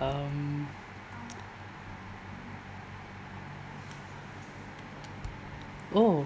um oh